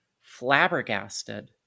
flabbergasted